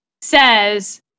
says